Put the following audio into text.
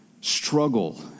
struggle